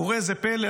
וראה זה פלא,